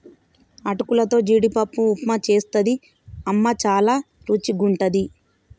అటుకులతో జీడిపప్పు ఉప్మా చేస్తది అమ్మ చాల రుచిగుంటది